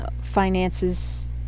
finances